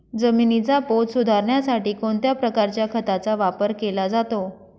जमिनीचा पोत सुधारण्यासाठी कोणत्या प्रकारच्या खताचा वापर केला जातो?